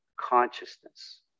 consciousness